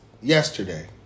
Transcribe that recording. yesterday